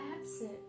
absent